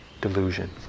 delusion